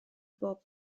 bob